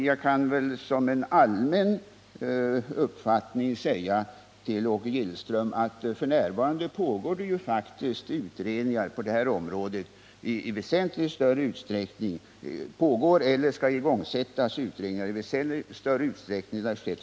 Jag kan väl som en allmän uppfattning säga till Åke Gillström att det f. n. pågår eller skall igångsättas utredningar på det här området i väsentligt större utsträckning än som tidigare varit fallet.